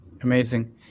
Amazing